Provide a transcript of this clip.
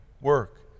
work